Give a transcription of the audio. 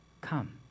come